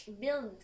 build